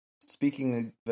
speaking